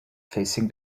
facing